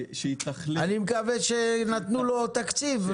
אני מקווה שנתנו לו תקציב,